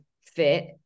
fit